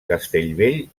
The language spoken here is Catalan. castellvell